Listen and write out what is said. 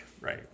right